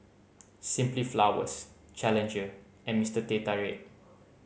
Simply Flowers Challenger and Mister Teh Tarik